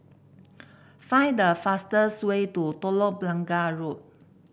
find the fastest way to Telok Blangah Road